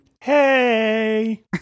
Hey